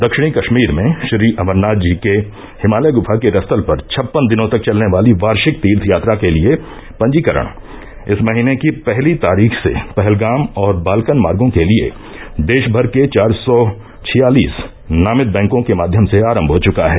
दक्षिणी कश्मीर में श्री अमरनाथ जी के हिमालय गुफा के रसतल पर छप्पन दिनों तक चलने वाली वार्षिक तीर्थ यात्रा के लिए पंजीकरण इस महीने की पहली तारीख से पहलगाम और बालकन मार्गो के लिए देशमर के चार सौ छियालिस नामित बैंकों के माध्यम से आरम हो चुका है